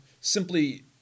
simply